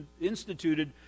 instituted